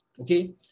Okay